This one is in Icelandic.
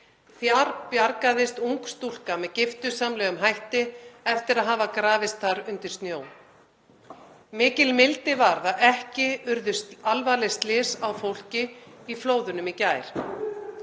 Þar bjargaðist ung stúlka með giftusamlegum hætti eftir að hafa grafist þar undir snjó. Mikil mildi varð að ekki urðu alvarleg slys á fólki í flóðunum í gær.